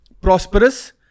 prosperous